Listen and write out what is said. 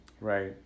Right